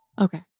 Okay